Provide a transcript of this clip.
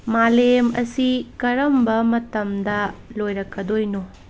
ꯃꯥꯂꯦꯝ ꯑꯁꯤ ꯀꯔꯝꯕ ꯃꯇꯝꯗ ꯂꯣꯏꯔꯛꯀꯗꯣꯏꯅꯣ